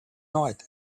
night